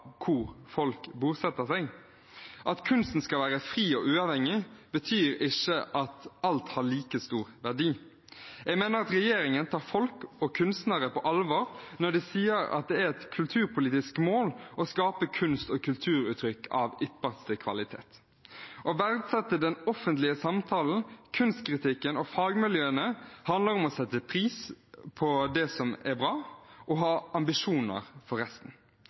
hvor folk bosetter seg. At kunsten skal være fri og uavhengig, betyr ikke at alt har like stor verdi. Jeg mener at regjeringen tar folk og kunstnere på alvor når de sier at det er et kulturpolitisk mål å skape kunst- og kulturuttrykk av ypperste kvalitet. Å verdsette den offentlige samtalen, kunstkritikken og fagmiljøene handler om å sette pris på det som er bra, og ha ambisjoner for resten.